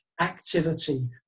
activity